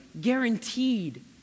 guaranteed